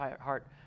heart